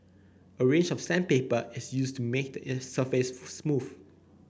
a range of sandpaper is used to make the surface smooth